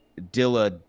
Dilla